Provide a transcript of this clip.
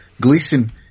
Gleason